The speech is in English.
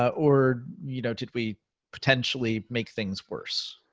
ah or, you know did we potentially make things worse?